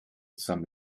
some